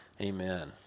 Amen